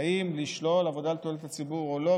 האם לשלול עבודה לתועלת הציבור או לא?